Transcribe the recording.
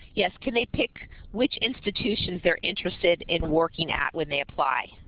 yes, can they pick which institutions they're interested in working at when they apply?